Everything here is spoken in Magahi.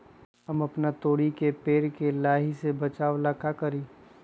हम अपना तोरी के पेड़ के लाही से बचाव ला का करी?